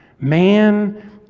Man